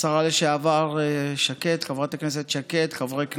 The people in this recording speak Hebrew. השרה לשעבר שקד, חברת הכנסת שקד, חברי הכנסת,